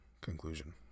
Conclusion